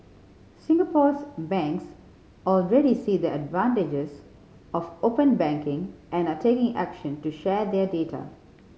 Singapore's banks already see the advantages of open banking and are taking action to share their data